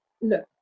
look